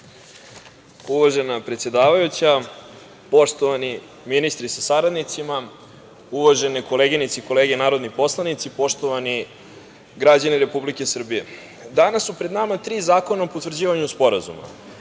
Uvažena predsedavajuća, poštovani ministri sa saradnicima, uvažene koleginice i kolege narodni poslanici, poštovani građani Republike Srbije, danas su pred nama tri zakona o potvrđivanju sporazuma.